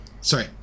sorry